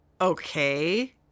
Okay